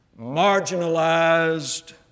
marginalized